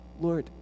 Lord